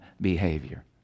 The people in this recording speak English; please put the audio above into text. behavior